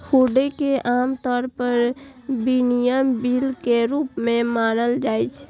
हुंडी कें आम तौर पर विनिमय बिल के रूप मे मानल जाइ छै